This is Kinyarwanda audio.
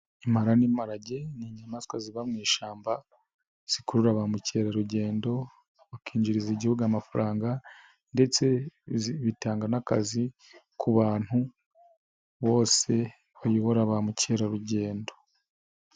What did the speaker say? Impara n'imparage n' inyamaswa ziba mu ishyamba, zikurura ba mukerarugendo bakinjiriza igihugu amafaranga, ndetse bitanga n'akazi ku bantu bose bayobora ba mukerarugendo.